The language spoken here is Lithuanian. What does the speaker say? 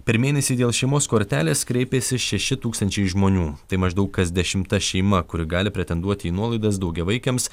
per mėnesį dėl šeimos kortelės kreipėsi šeši tūkstančiai žmonių tai maždaug kas dešimta šeima kuri gali pretenduoti į nuolaidas daugiavaikėms